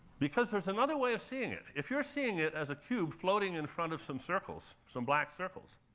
because there's another way of seeing it. if you're seeing it as a cube floating in front of some circles, some black circles,